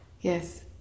Yes